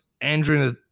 Andrew